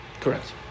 Correct